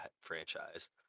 franchise